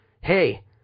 hey